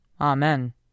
Amen